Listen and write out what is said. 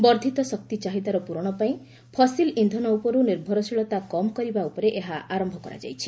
ବର୍ଦ୍ଧିତ ଶକ୍ତି ଚାହିଦାର ପୂରଣ ପାଇଁ ଫସିଲ୍ ଇନ୍ଧନ ଉପରୁ ନିର୍ଭରଶୀଳତା କମ୍ କରିବା ଉପରେ ଏହା ଆରମ୍ଭ କରାଯାଇଛି